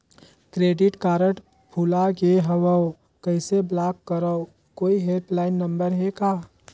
Credit card भुला गे हववं कइसे ब्लाक करव? कोई हेल्पलाइन नंबर हे का?